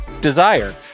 Desire